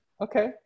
Okay